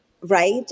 Right